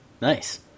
nice